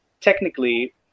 technically